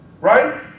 Right